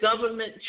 government